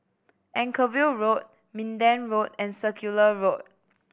Anchorvale Road Minden Road and Circular Road